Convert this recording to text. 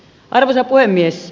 arvoisa puhemies